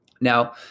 Now